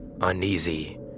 Uneasy